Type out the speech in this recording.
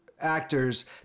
actors